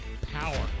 Power